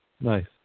Nice